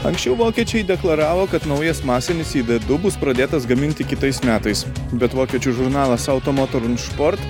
anksčiau vokiečiai deklaravo kad naujas masinis idedu bus pradėtas gaminti kitais metais bet vokiečių žurnalas auto motor in šport